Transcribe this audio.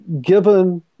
given